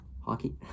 Hockey